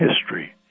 history